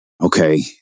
okay